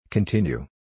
Continue